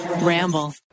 ramble